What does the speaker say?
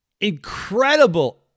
incredible